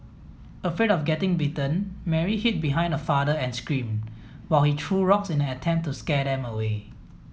afraid of getting bitten Mary hid behind her father and screamed while he threw rocks in an attempt to scare them away